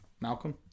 Malcolm